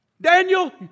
Daniel